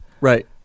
Right